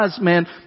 man